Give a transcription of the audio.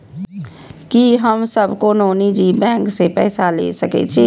की हम सब कोनो निजी बैंक से पैसा ले सके छी?